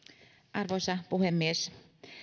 arvoisa puhemies